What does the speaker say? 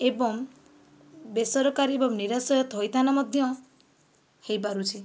ଏବଂ ବେସରକାରୀ ଏବଂ ନିରାଶୟ ଥଇଥାନ ମଧ୍ୟ ହୋଇପାରୁଛି